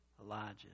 Elijah